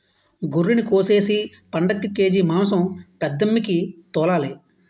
గొర్రినికోసేసి పండక్కి కేజి మాంసం పెద్దమ్మికి తోలాలి